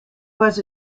was